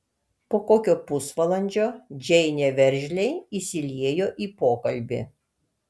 po kokio pusvalandžio džeinė veržliai įsiliejo į pokalbį